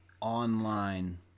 online